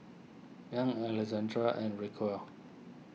Young Alexandrea and Rocio